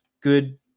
Good